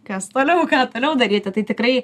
kas toliau ką toliau daryti tai tikrai